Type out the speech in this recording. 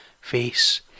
face